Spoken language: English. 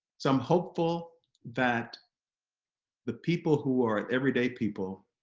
so i'm hopeful that the people who are everyday people